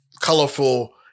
colorful